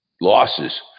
losses